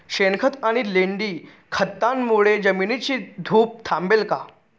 शेणखत आणि लेंडी खतांमुळे जमिनीची धूप थांबेल का?